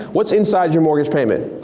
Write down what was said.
what's inside your mortgage payment?